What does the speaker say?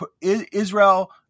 Israel